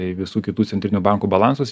į visų kitų centrinių bankų balansus